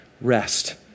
rest